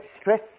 stress